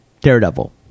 Daredevil